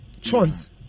choice